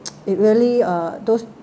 it really uh those